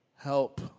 help